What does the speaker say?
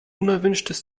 unerwünschtes